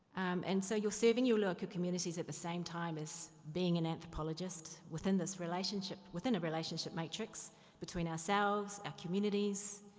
and so you're serving your local communities at the same time as being an anthropologist within this relationship, within a relationship matrix between ourselves, our communities.